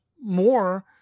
more